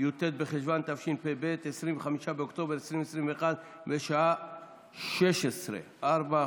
י"ט בחשוון תשפ"ב, 25 באוקטובר 2021, בשעה 16:00.